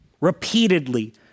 repeatedly